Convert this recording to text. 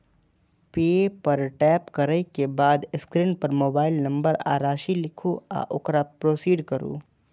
पे पर टैप करै के बाद स्क्रीन पर मोबाइल नंबर आ राशि लिखू आ ओकरा प्रोसीड करू